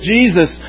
Jesus